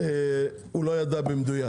הוא לא ידע במדויק,